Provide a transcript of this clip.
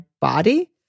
body